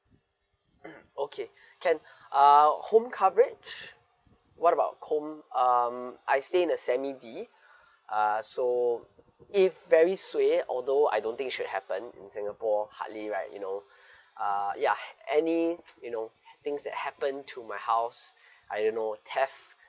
okay can uh home coverage what about home um I stay in the semi D uh so if very suey although I don't think should happen in singapore hardly right you know uh ya any you know ha~ things that happen to my house ah you know theft